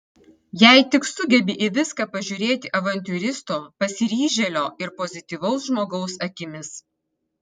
jei tik sugebi į viską pažiūrėti avantiūristo pasiryžėlio ir pozityvaus žmogaus akimis